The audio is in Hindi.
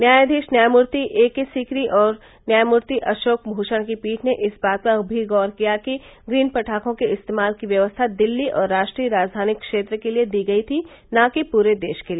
न्यायाधीश न्यायमूर्ति ए के सीकरी और न्यायमूर्ति अशोक भूषण की पीठ ने इस बात पर भी गौर किया कि ग्रीन पटाखों के इस्तेमाल की व्यवस्था दिल्ली और राष्ट्रीय राजधानी क्षेत्र के लिए दी गई थी ने कि पूरे देश के लिए